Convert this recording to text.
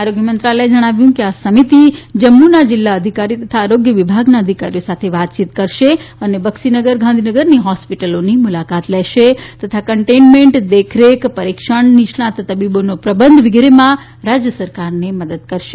આરોગ્ય મંત્રાલયે જણાવ્યું છે કે આ સમિતિ જમ્મુના જિલ્લા અધિકારી તથા આરોગ્ય વિભાગના અધિકારીઓ સાથે વાતચીત કરશે અને બક્સીનગર ગાંધીનગરની હોસ્પિટલોની મુલાકાત લેશે તથા કઇન્ટેઇનમેન્ટ દેખરેખ પરિક્ષણ નિષ્ણાંત તબીબોનો પ્રબંધ વિગેરેમાં રાજ્ય સરકારને મદદ કરશે